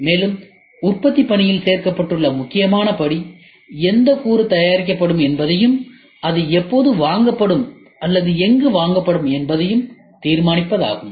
மேலும் உற்பத்திப் பணியில் சேர்க்கப்பட்டுள்ள முக்கியமான படி எந்தக் கூறு தயாரிக்கப்படும் என்பதையும் அது எப்போது வாங்கப்படும் அல்லது எங்கு வாங்கப்படும் என்பதையும் தீர்மானிப்பதாகும்